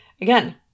Again